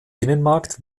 binnenmarkt